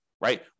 right